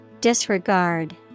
Disregard